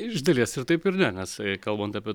iš dalies ir taip ir ne nes kalbant apie